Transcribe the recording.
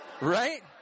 Right